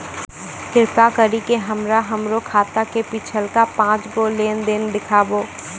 कृपा करि के हमरा हमरो खाता के पिछलका पांच गो लेन देन देखाबो